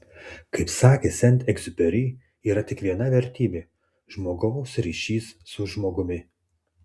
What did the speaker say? kaip sakė sent egziuperi yra tik viena vertybė žmogaus ryšys su žmogumi